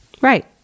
Right